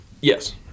Yes